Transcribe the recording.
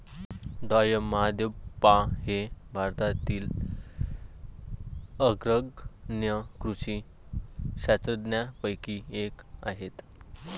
डॉ M Mahadevappa हे भारतातील अग्रगण्य कृषी शास्त्रज्ञांपैकी एक आहेत